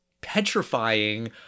petrifying